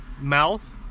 mouth